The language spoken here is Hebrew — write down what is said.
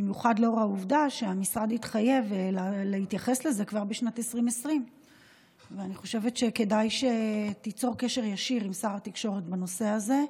במיוחד לאור העובדה שהמשרד התחייב להתייחס לזה כבר בשנת 2020. אני חושבת שכדאי שתיצור קשר ישיר עם שר התקשורת בנושא הזה.